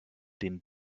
den